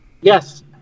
Yes